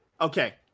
Okay